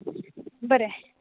बरें